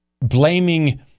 blaming